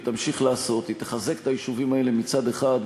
ותמשיך לעשות: היא תחזק את היישובים האלה מצד אחד,